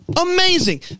Amazing